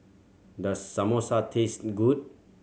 does Samosa taste good